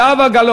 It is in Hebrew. זה שייך לאישה,